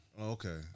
Okay